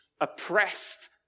oppressed